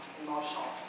emotional